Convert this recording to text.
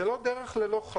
זה לא דרך אל חזור.